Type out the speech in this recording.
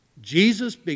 Jesus